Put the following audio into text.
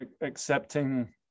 accepting